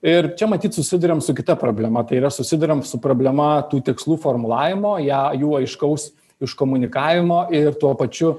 ir čia matyt susiduriam su kita problema tai yra susiduriam su problema tų tikslų formulavimo ją jų aiškaus iškomunikavimo ir tuo pačiu